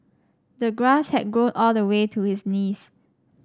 the grass had grown all the way to his knees